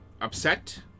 upset